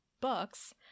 books